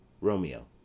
Romeo